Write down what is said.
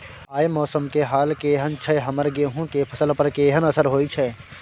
आय मौसम के हाल केहन छै हमर गेहूं के फसल पर केहन असर होय छै?